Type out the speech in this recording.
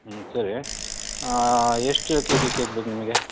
ಹ್ಞೂ ಸರಿ ಆಂ ಎಷ್ಟು ಕೆ ಜಿ ಕೇಕ್ ಬೇಕು ನಿಮಗೆ